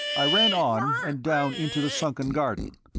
i ran on and down into the sunken garden.